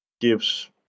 gives